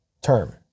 term